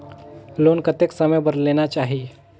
Loan कतेक समय बर लेना चाही?